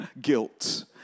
guilt